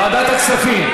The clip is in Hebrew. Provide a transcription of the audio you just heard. ועדת הכספים.